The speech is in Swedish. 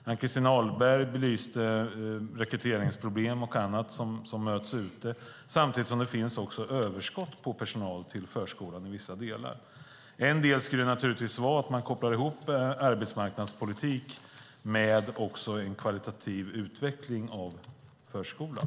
Ann-Christin Ahlberg belyste rekryteringsproblem och annat. Samtidigt finns det också överskott på förskolepersonal i vissa delar. Man skulle naturligtvis kunna koppla ihop arbetsmarknadspolitik med en kvalitativ utveckling av förskolan.